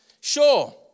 Sure